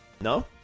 No